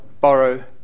borrow